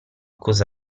cosa